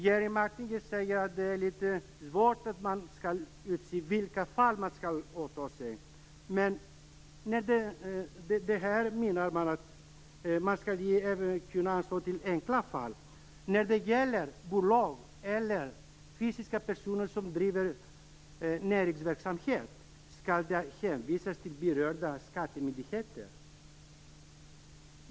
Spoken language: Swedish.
Jerry Martinger säger att det är svårt att utse vilka fall man skall åta sig, men med det här menar man att man även skall kunna ge anstånd till enkla fall. När det gäller bolag eller fysiska personer som driver näringsverksamhet, skall det hänvisas till berörda skattemyndigheter.